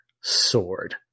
sword